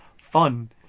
fun